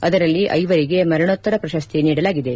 ಅದರಲ್ಲಿ ಐವರಿಗೆ ಮರಣೋತ್ತರ ಪ್ರಶಸ್ತಿ ನೀಡಲಾಗಿದೆ